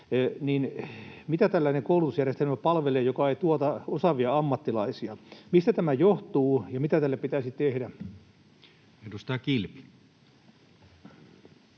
mitä tällainen koulutusjärjestelmä palvelee, joka ei tuota osaavia ammattilaisia? Mistä tämä johtuu ja mitä tälle pitäisi tehdä? Edustaja Kilpi.